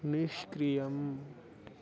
निष्क्रियम्